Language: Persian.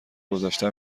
گذشته